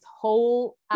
whole